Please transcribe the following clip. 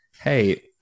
Hey